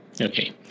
Okay